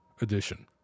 edition